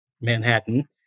Manhattan